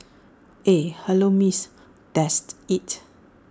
eh hello miss dest IT